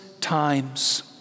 times